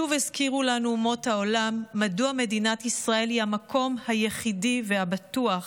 שוב הזכירו לנו אומות העולם מדוע מדינת ישראל היא המקום היחידי והבטוח